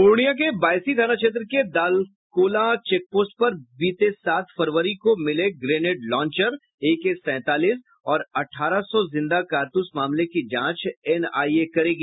पूर्णिया के बायसी थाना क्षेत्र के दालकोला चेकपोस्ट पर बीते सात फरवरी को मिले ग्रेनेड लाँचर एके सैंतालीस और अठारह सौ जिंदा कारतूस मामले की जांच एनआईए करेगी